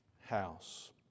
house